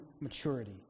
maturity